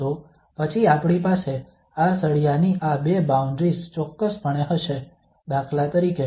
તો પછી આપણી પાસે આ સળિયાની આ બે બાઉન્ડ્રીઝ ચોક્કસપણે હશે દાખલા તરીકે